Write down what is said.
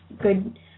good